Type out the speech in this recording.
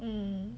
mmhmm